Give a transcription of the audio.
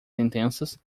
sentenças